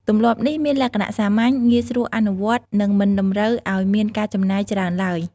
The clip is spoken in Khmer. ទម្លាប់នេះមានលក្ខណៈសាមញ្ញ ងាយស្រួលអនុវត្ត និងមិនតម្រូវឱ្យមានការចំណាយច្រើនឡើយ។